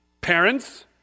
parents